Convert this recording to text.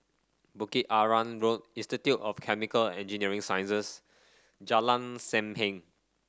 Bukit Arang Road Institute of Chemical Engineering Sciences Jalan Sam Heng